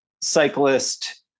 cyclist